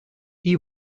eve